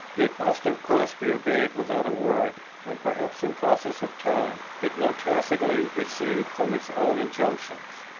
it must of course be obeyed without a word, and perhaps in process of time it will tacitly recede from its own injunctions.